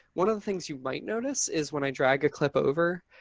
one of the things you might notice is when i drag a clip over,